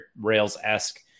Rails-esque